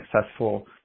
successful